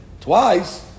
twice